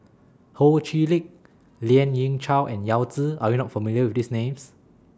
Ho Chee Lick Lien Ying Chow and Yao Zi Are YOU not familiar with These Names